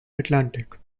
atlantic